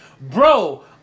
bro